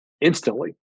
instantly